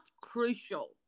crucial